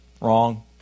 Wrong